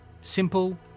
Simple